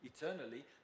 eternally